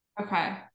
Okay